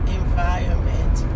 environment